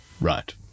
Right